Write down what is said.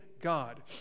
god